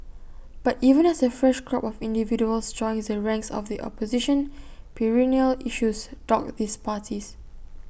but even as A fresh crop of individuals joins the ranks of the opposition perennial issues dog these parties